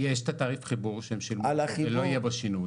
יש את התעריף חיבור, שהם שילמו ולא יהיה בו שינוי